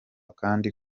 kandi